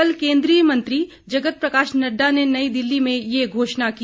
कल केंद्रीय मंत्री जगत प्रकाश नड्डा ने नई दिल्ली में ये घोषणा की